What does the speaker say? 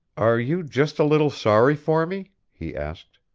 are you just a little sorry for me? he asked.